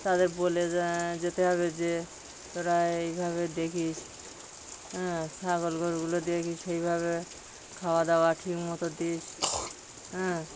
তাদের বলে যেতে হবে যে তোরা এইভাবে দেখিস হ্যাঁ ছাগল গোরুগুলো দেখিস সেইভাবে খাওয়া দাওয়া ঠিক মতো দিস হ্যাঁ